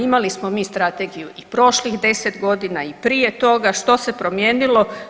Imali smo mi Strategiju i prošlih 10 godina i prije toga, što se promijenilo?